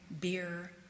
beer